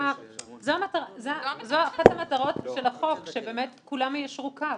זו אחת המטרות של החוק, שבאמת, כולם יישרו קו.